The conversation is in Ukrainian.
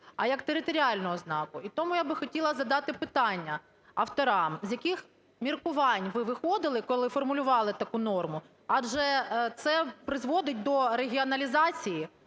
а як територіальну ознаку. І тому я би хотіла задати питання авторам, з яких міркувань ви виходили, коли формулювали таку норму, адже це призводить до регіоналізації,